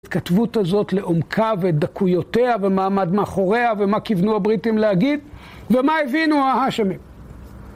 התכתבות הזאת לעומקה ואת דקויותיה ומה עמד מאחוריה ומה כיוונו הבריטים להגיד ומה הבינו האשמים.